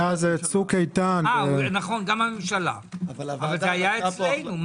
גם הממשלה אבל זה היה אצלנו.